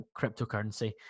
cryptocurrency